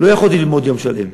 לא יכולתי ללמוד יום שלם,